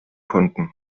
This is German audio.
konnten